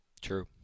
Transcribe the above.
True